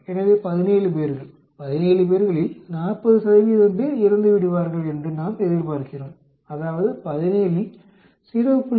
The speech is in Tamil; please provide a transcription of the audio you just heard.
எனவே 17 பேர்கள் 17 பேர்களில் 40 பேர் இறந்துவிடுவார்கள் என்று நாம் எதிர்பார்க்கிறோம் அதாவது 17இல் 0